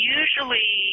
usually